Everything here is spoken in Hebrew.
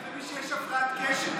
גם למי שיש הפרעת קשב.